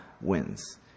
wins